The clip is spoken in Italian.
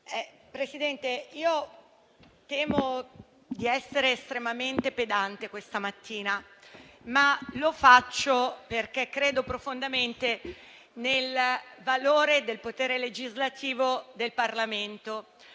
lavoro. Io temo di essere estremamente pedante questa mattina, ma lo sono perché credo profondamente nel valore del potere legislativo del Parlamento.